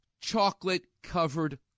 chocolate-covered